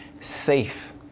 safe